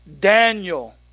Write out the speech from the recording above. Daniel